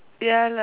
ya lah